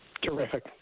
Terrific